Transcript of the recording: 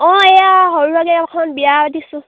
অঁ এইয়া সৰু সুৰাকৈ এখন বিয়া পাতিছোঁ